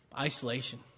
Isolation